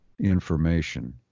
information